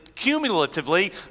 cumulatively